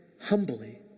humbly